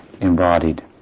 embodied